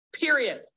Period